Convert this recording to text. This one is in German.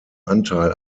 anteil